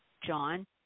John